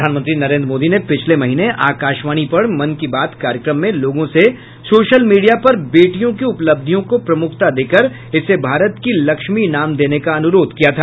प्रधानमंत्री नरेन्द्र मोदी ने पिछले महीने आकाशवाणी पर मन की बात कार्यक्रम में लोगों से सोशल मीडिया पर बेटियों की उपलब्धियों को प्रमुखता देकर इसे भारत की लक्ष्मी नाम देने का अनुरोध किया था